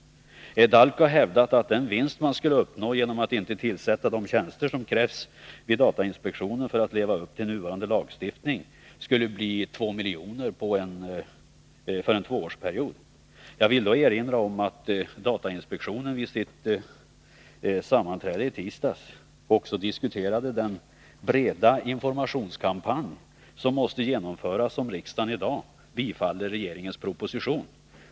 DALK har hävdat att den vinst man skulle uppnå genom att inte tillsätta de tjänster som krävs vid datainspektionen för att leva upp till nuvarande lagstiftning skulle uppgå till 2 miljoner för en tvåårsperiod. Jag vill då erinra om att datainspektionen vid sitt sammanträde i tisdags också diskuterade den breda informationskampanj som måste genomföras om riksdagen i dag bifaller propositionen.